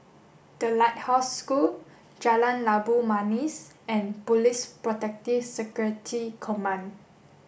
the Lighthouse School Jalan Labu Manis and Police Protective Security Command